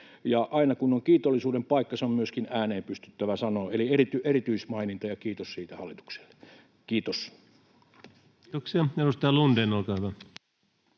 aina, kun on kiitollisuuden paikka, se on myöskin ääneen pystyttävä sanomaan, eli erityismaininta ja kiitos siitä hallitukselle. — Kiitos. Kiitoksia. — Edustaja Lundén, olkaa hyvä.